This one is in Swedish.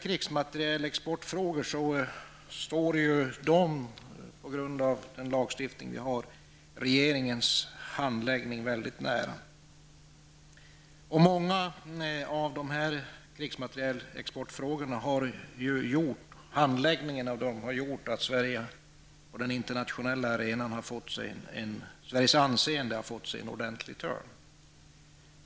Krigsmaterielexportfrågor står på grund av den lagstiftning vi har regeringens handläggning mycket nära. Handläggningen av många av krigsmaterielexportfrågorna har medfört att Sveriges anseende på den internationella arenan har fått sig en ordentlig törn.